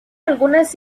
algunas